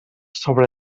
sobre